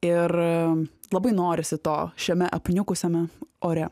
ir labai norisi to šiame apniukusiame ore